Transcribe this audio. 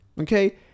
Okay